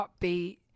upbeat